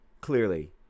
clearly